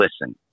Listen